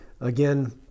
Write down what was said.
Again